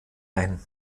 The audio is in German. ein